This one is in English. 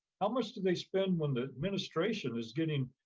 how much do they spend when the administration is getting